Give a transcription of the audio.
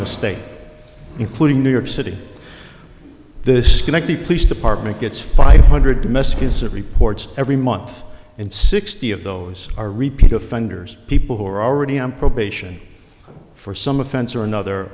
the state including new york city this connect the police department gets five hundred messages of reports every month and sixty of those are repeat offenders people who are already on probation for some offense or another